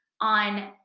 on